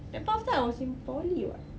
that point of time I was in poly [what]